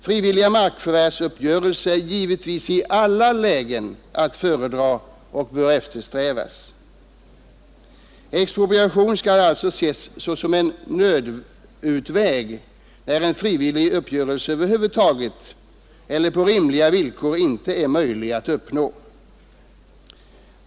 Frivilliga markförvärvsuppgörelser är givetvis i alla lägen att föredra och bör eftersträvas. Expropriation skall alltså ses som en nödutväg när en frivillig uppgörelse över huvud taget eller på rimliga villkor inte är möjlig att uppnå.